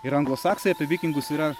ir anglosaksai apie vikingus yra